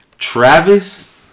Travis